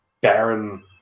barren